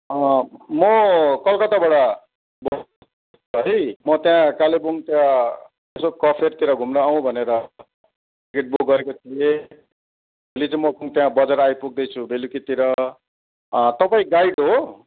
म कलकत्ताबाट बोल्दैछु है म त्यहाँ कालेबुङ त्यहाँ यसो कफेरतिर घुम्न आउँ भनेर क्याब बुक गरेको थिएँ भोलि चाहिँ म त्यहाँ बजार आइपुग्दैछु बेलुकीतिर तपाईँ गाइड हो